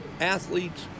athletes